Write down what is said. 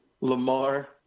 Lamar